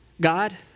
God